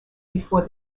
before